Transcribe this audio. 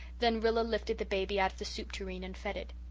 then rilla lifted the baby out of the soup tureen and fed it.